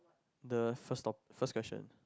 the first top first question